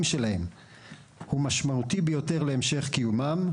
שלהם הוא משמעותי ביותר להמשך קיומם.